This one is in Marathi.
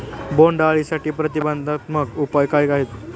बोंडअळीसाठी प्रतिबंधात्मक उपाय काय आहेत?